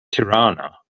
tirana